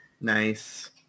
nice